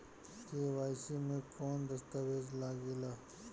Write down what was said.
KYC मे कौन दश्तावेज लागेला?